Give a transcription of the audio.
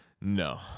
No